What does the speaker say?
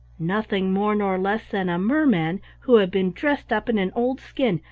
nothing more nor less than a merman who had been dressed up in an old skin,